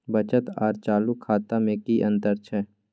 बचत आर चालू खाता में कि अतंर छै?